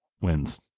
wins